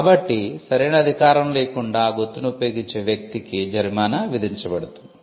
కాబట్టి సరైన అధికారం లేకుండా ఆ గుర్తును ఉపయోగించే వ్యక్తికి జరిమానా విధించబడుతుంది